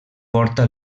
porta